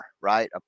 right